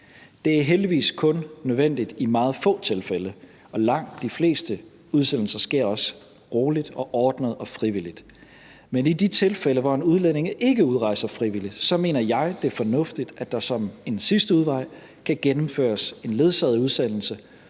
Det er heldigvis kun nødvendigt i meget få tilfælde, og langt de fleste udsendelser sker også roligt, ordnet og frivilligt. Men i de tilfælde, hvor en udlænding ikke udrejser frivilligt, mener jeg, det er fornuftigt, at der som en sidste udvej kan gennemføres en ledsaget udsendelse,